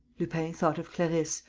lupin thought of clarisse,